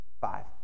five